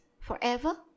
forever